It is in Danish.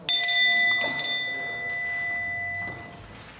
hvad er det